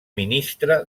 ministre